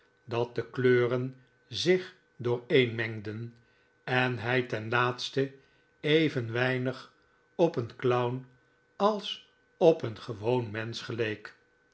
dat de kleuren zich dooreenmengden en hij ten laatste even weinig op een clown als op een gewoon mensch geleek